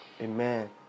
Amen